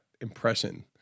impression